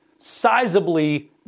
sizably